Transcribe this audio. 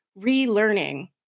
relearning